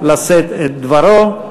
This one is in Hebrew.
לשאת את דברו.